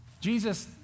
Jesus